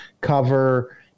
cover